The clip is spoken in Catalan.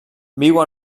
viu